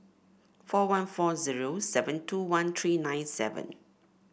four one four zero seven two one three nine seven